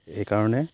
এইকাৰণে